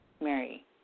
Mary